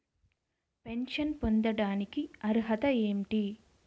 Pension పొందడానికి అర్హత ఏంటి?